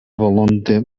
volonte